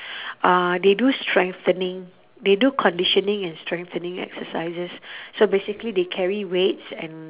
uh they do strengthening they do conditioning and strengthening exercises so basically they carry weights and